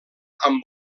amb